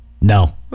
No